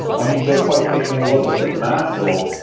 i mean, just by taking a look of the manual